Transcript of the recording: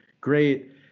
great